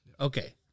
Okay